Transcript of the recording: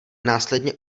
následně